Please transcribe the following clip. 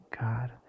God